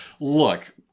Look